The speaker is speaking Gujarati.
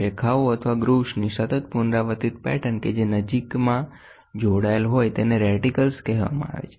રેખાઓ અથવા ગ્રુવ્સની સતત પુનરાવર્તિત પેટર્ન કે જે નજીકમા જોડાયેલ હોય તેને રેટીકલ્સ કહેવામાં આવે છે